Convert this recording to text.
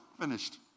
finished